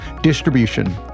distribution